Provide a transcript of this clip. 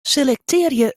selektearje